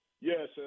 yes